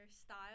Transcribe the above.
style